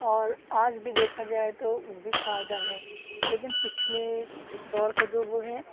اور آج بھی دیکھا جائے تو بھی فائدہ ہے لیکن پچھلے دور کا جو وہ ہے